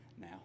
now